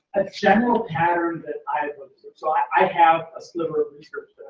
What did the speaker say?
a general pattern that i've. so so i i have a sliver of research that